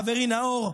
חברי נאור,